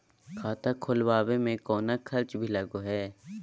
खाता खोलावे में कौनो खर्चा भी लगो है?